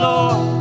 Lord